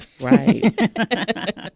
Right